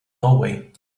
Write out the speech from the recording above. norway